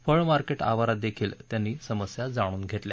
फळ मार्केट आवारात देखील त्यांनी समस्या जाणून घेतल्या